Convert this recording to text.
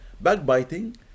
Backbiting